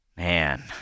Man